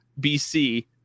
BC